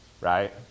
Right